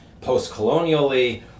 post-colonially